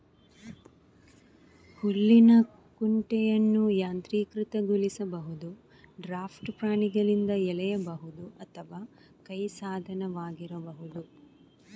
ಹುಲ್ಲಿನ ಕುಂಟೆಯನ್ನು ಯಾಂತ್ರೀಕೃತಗೊಳಿಸಬಹುದು, ಡ್ರಾಫ್ಟ್ ಪ್ರಾಣಿಗಳಿಂದ ಎಳೆಯಬಹುದು ಅಥವಾ ಕೈ ಸಾಧನವಾಗಿರಬಹುದು